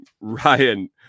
Ryan